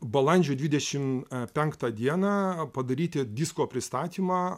balandžio dvidešim penktą dieną padaryti disko pristatymą